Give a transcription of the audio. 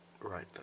right